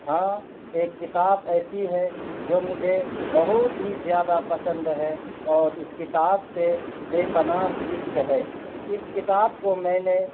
ہاں ایک کتاب ایسی ہے جو مجھے بہت ہی زیادہ پسند ہے اور اس کتاب سے بے پناہ عشق ہے اس کتاب کو میں نے